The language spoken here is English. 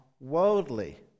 worldly